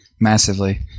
massively